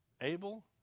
Abel